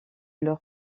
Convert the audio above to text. leurs